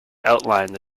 outlined